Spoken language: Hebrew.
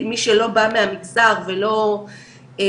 מי שלא בא מהמגזר ולא זה,